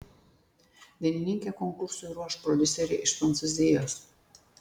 dainininkę konkursui ruoš prodiuseriai iš prancūzijos